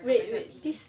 wait wait this